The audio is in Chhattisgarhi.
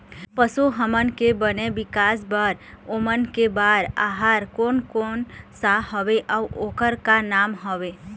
पशु हमन के बने विकास बार ओमन के बार आहार कोन कौन सा हवे अऊ ओकर का नाम हवे?